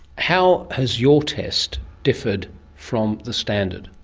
how has your test differed from the standard?